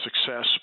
success